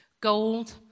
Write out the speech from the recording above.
Gold